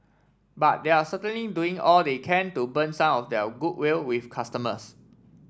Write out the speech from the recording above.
but they're certainly doing all they can to burn some of their goodwill with customers